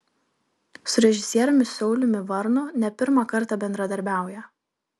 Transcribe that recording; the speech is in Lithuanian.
su režisieriumi sauliumi varnu ne pirmą kartą bendradarbiauja